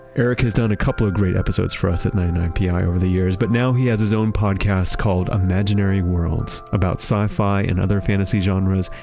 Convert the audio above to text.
eric has done a couple of great episodes for us at ninety nine pi over the years, but now he has his own podcast called imaginary worlds, about sci-fi and other fantasy genres,